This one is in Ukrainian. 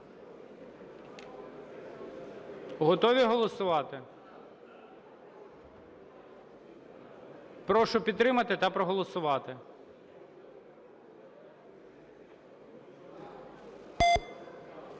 Готові голосувати? Прошу підтримати та проголосувати.